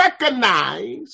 recognize